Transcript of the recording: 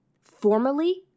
formally